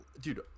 dude